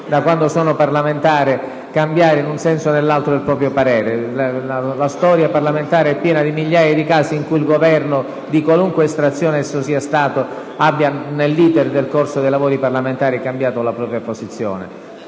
da quando sono parlamentare - cambiare in un senso e nell'altro il proprio parere. La storia parlamentare è piena di migliaia di casi in cui il Governo, di qualunque maggioranza sia stato espressione, ha, nel corso dell'*iter* dei lavori parlamentari, cambiato la propria posizione.